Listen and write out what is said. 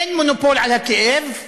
אין מונופול על הכאב,